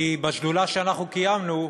כי בשדולה שאנחנו קיימנו,